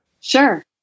Sure